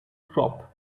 crop